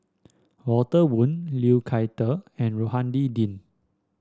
Walter Woon Liu Thai Ker and Rohani Din